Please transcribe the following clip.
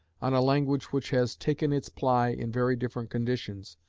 on a language which has taken its ply in very different conditions,